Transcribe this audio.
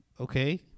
Okay